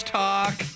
talk